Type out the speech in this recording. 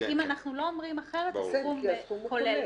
אנחנו לא אומרים אחרת, הסכום כולל